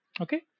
okay